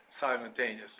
simultaneously